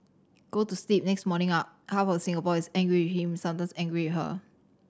go to sleep next morning up half of Singapore is angry with him sometimes angry with her